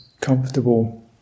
comfortable